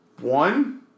One